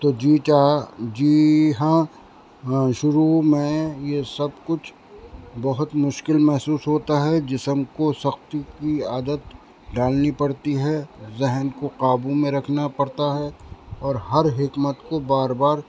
تو جی چاہ جی ہاں شروع میں یہ سب کچھ بہت مشکل محسوس ہوتا ہے جسم کو سختی کی عادت ڈالنی پڑتی ہے ذہن کو قابو میں رکھنا پڑتا ہے اور ہر حکمت کو بار بار